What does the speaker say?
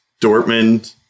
Dortmund